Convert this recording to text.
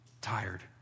tired